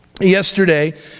Yesterday